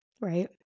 Right